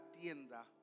tienda